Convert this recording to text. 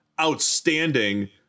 outstanding